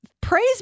praise